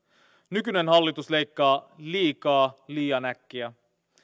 nykyinen hallitus leikkaa liikaa liian äkkiä